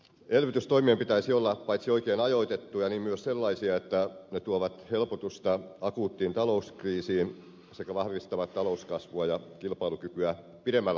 elvytystoimien pitäisi olla paitsi oikein ajoitettuja myös sellaisia että ne tuovat helpotusta akuuttiin talouskriisiin sekä vahvistavat talouskasvua ja kilpailukykyä pidemmällä aikavälillä